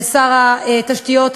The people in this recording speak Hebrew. לשר התשתיות,